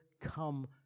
come